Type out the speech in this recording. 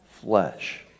flesh